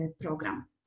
program